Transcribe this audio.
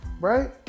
right